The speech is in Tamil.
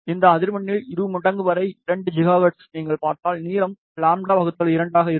இந்த அதிர்வெண்ணின் இரு மடங்கு வரை 2 ஜிகாஹெர்ட்ஸில் நீங்கள் பார்த்தால் நீளம் λ 2 ஆக இருக்கும்